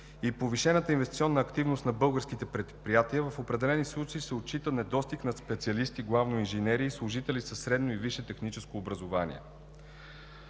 и повишената инвестиционна активност на българските предприятия в определени случаи се отчита недостиг на специалисти главно инженери и служители със средно и висше техническо образование.